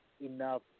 enough